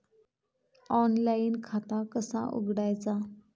Online खाता कसा उघडायचा?